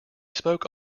spoke